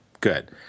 Good